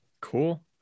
Cool